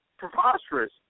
Preposterous